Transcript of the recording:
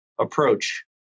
approach